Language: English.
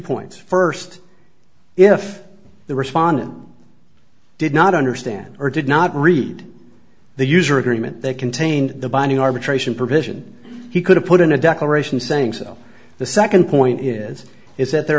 points first if the respondent did not understand or did not read the user agreement that contained the binding arbitration provision he could have put in a declaration saying so the second point is is that there